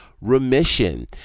remission